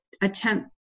attempt